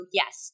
yes